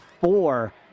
four